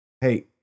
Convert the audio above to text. Hey